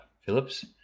Phillips